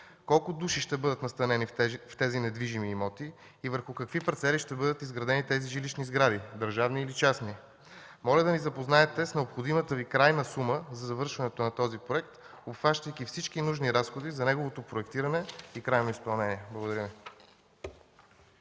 Колко души ще бъдат настанени в тези недвижими имоти и върху какви парцели ще бъдат изградени жилищните сгради – държавни или частни? Моля да ни запознаете с необходимата Ви крайна сума за завършването на този проект, обхващайки всички нужни разходи за неговото проектиране и крайно изпълнение. Благодаря Ви.